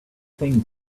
thing